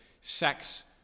sex